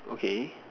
okay